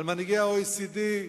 על מנהיגי ה-OECD,